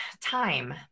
time